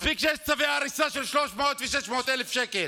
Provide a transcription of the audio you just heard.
מספיק שיש צווי הריסה של 300,000 ושל 600,000 שקל.